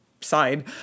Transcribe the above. side